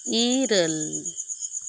ᱤᱨᱟᱹᱞ